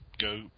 go